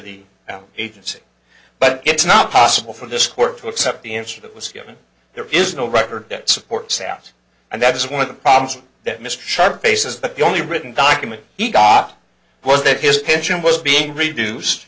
now agency but it's not possible for this court to accept the answer that was given there is no record that supports out and that is one of the problems that mr sharp faces the only written document he got was that his pension was being reduced